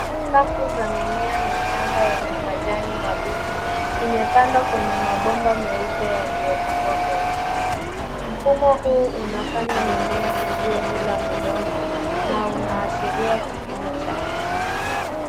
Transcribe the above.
Safu za mimea michanga yenye majani mabichi, imepandwa kwenye mabomba meupe yaliyo pangwa kwa usawa. Mfumo huu unafanya mimea ikue bila udongo, na unaashiria kilimo cha kisasa.